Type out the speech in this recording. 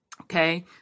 Okay